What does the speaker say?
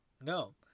No